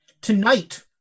Tonight